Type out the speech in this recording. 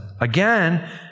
Again